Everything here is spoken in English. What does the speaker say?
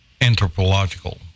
anthropological